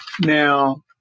Now